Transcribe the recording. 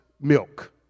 milk